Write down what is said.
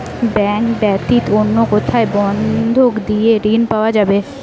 Bank ব্যাতীত অন্য কোথায় বন্ধক দিয়ে ঋন পাওয়া যাবে?